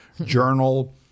journal